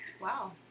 Wow